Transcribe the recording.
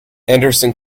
anderson